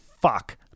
fuck